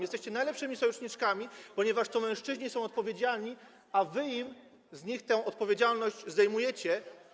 Jesteście najlepszymi sojuszniczkami, ponieważ to mężczyźni są odpowiedzialni, a wy z nich tę odpowiedzialność zdejmujecie.